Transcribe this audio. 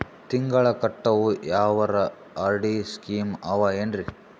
ತಿಂಗಳ ಕಟ್ಟವು ಯಾವರ ಆರ್.ಡಿ ಸ್ಕೀಮ ಆವ ಏನ್ರಿ?